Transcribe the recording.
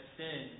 sin